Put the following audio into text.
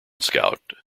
scout